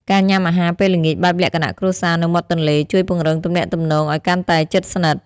ការញ៉ាំអាហារពេលល្ងាចបែបលក្ខណៈគ្រួសារនៅមាត់ទន្លេ ជួយពង្រឹងទំនាក់ទំនងឱ្យកាន់តែជិតស្និទ្ធ។